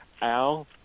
Al